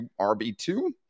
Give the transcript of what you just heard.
RB2